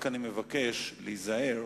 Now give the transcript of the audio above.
רק שאני מבקש להיזהר